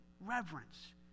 reverence